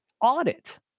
Audit